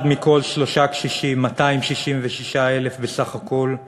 אחד מכל שלושה קשישים, 266,000 בסך הכול,